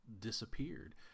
disappeared